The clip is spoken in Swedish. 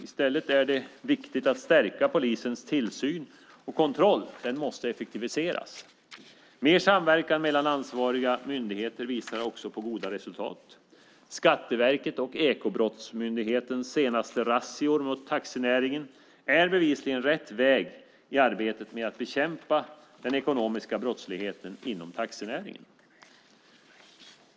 I stället är det viktigt att stärka polisens tillsyn och kontroll. Det måste effektiviseras. Mer samverkan mellan ansvariga myndigheter visar också på goda resultat. Skatteverkets och Ekobrottsmyndighetens senaste razzior mot taxinäringen är bevisligen rätt väg i arbetet med att bekämpa den ekonomiska brottsligheten inom taxinäringen.